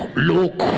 luke